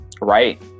right